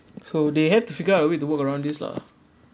so they have to figure out a way to work around this lah